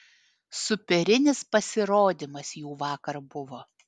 superinis pasirodymas jų vakar buvo